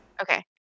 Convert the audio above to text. okay